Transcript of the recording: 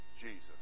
Jesus